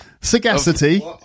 Sagacity